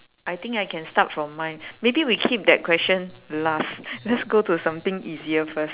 I think I can start from mine maybe we keep that question last let's go to something easier first